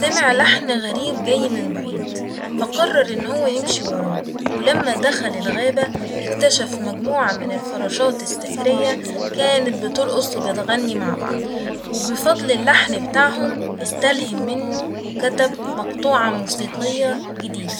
سمع لحن غريب جاي من بعيد ، فقرر إن هو يمشي وراه ولما دخل الغابة اكتشف مجموعة من الفراشات السحرية كانت بترقص وبتغني مع بعض ، وبفضل اللحن بتاعهم استلهم منه وكتب مقطوعة موسيقية جديدة